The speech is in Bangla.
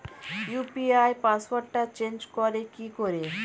ইউ.পি.আই পাসওয়ার্ডটা চেঞ্জ করে কি করে?